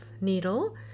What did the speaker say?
needle